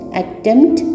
attempt